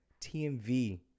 TMV